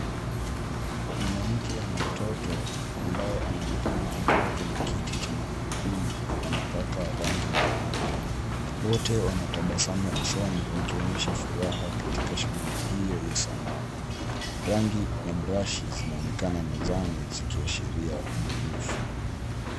Mwanamke ana mtoto ambaye anaonekana akiwa kwenye kiti cha magurudumu wanapaka rangi pamoja. Wote wana tabasamu usoni wakionyesha furaha katika shughuli hiyo ya sanaa. Rangi na brashi zinaonekana mezani zikiashiria ubunifu.